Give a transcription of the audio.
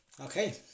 okay